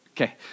Okay